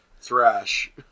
Thrash